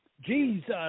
Jesus